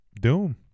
Doom